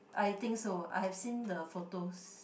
I think so I have seen the photos